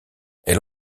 elle